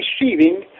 receiving